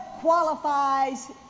qualifies